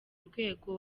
urwego